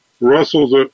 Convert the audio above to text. Russell's